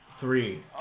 three